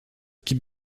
qui